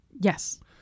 yes